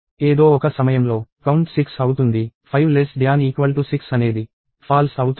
ఏదో ఒక సమయంలో కౌంట్ 6 అవుతుంది 5 6 అనేది ఫాల్స్ అవుతుంది